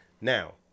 Now